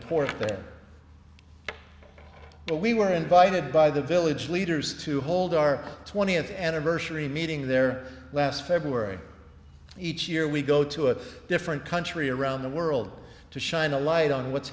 port there but we were invited by the village leaders to hold our twentieth anniversary meeting there last february each year we go to a different country around the world to shine a light on what's